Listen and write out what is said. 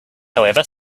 however